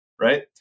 right